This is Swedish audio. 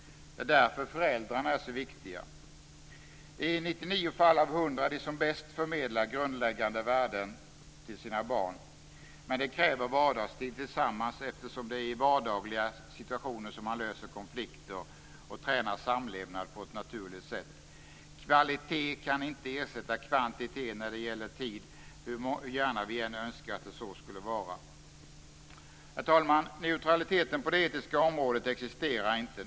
Det är därför föräldrarna är så viktiga. Det är i 99 fall av 100 de som bäst förmedlar grundläggande värden till sina barn. Men det kräver vardagstid tillsammans, eftersom det är i vardagliga situationer som man löser konflikter och tränar samlevnad på ett naturligt sätt. Kvalitet kan inte ersätta kvantitet när det gäller tid, hur gärna vi än önskar att det så skulle vara. Herr talman! Neutralitet på det etiska området existerar inte.